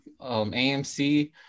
AMC